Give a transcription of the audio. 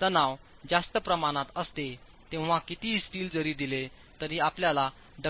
तनाव जास्त प्रमाण असते तेव्हा कितीही स्टील जरी दिले तरी आपल्याला डक्टीलिटी वर्तन मिळू शकत नाही